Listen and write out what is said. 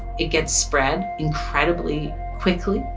it gets spread incredibly quickly,